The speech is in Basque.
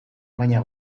baina